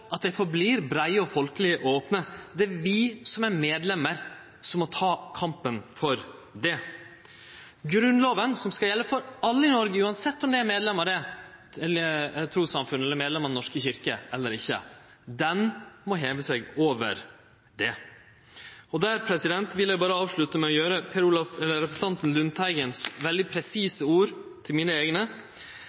er medlemmer som må ta kampen for det. Grunnlova, som skal gjelde for alle i Noreg uansett om ein er medlem av eit trussamfunn, medlem av Den norske kyrkja eller ikkje, må heve seg over dette. Eg vil berre avslutte med å gjere representanten Lundteigens veldig presise ord til mine eigne: